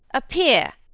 appear.